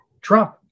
Trump